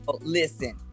listen